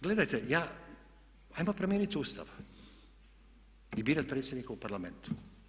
Gledajte ja, ajmo promijeniti Ustav i birati predsjednika u Parlamentu.